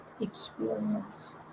experience